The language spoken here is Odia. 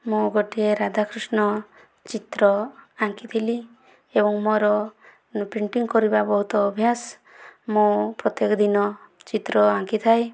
ମୁଁ ଗୋଟିଏ ରାଧା କୃଷ୍ଣ ଚିତ୍ର ଆଙ୍କିଥିଲି ଏବଂ ମୋର ପେଣ୍ଟିଙ୍ଗ କରିବା ବହୁତ ଅଭ୍ୟାସ ମୁଁ ପ୍ରତ୍ୟେକ ଦିନ ଚିତ୍ର ଆଙ୍କିଥାଏ